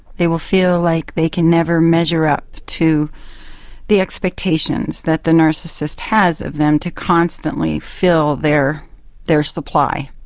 they will feel like they can never measure up to the expectations that the narcissist has of them to constantly fill their their supply.